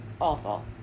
awful